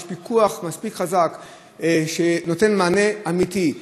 יש פיקוח מספיק חזק שנותן מענה אמיתי.